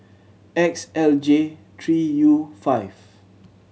X L J three U five